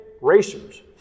racers